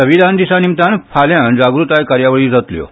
संविधान दिसा निमतान फाल्यां जागूताय कार्यावळी जातल्यो